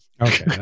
Okay